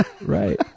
right